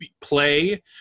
play